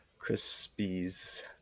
Krispies